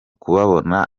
kubabona